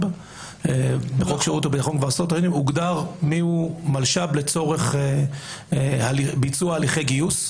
בחוק שירות הביטחון הוגדר מיהו מלש"ב לצורך ביצוע הליכי גיוס.